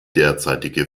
derzeitige